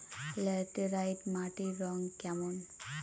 Laterite মাটির রং কেমন?